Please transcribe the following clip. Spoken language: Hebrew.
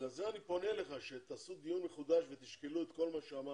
בגלל זה אני פונה אליך שתעשו דיון מחודש ותשקלו את כל מה שאמרנו,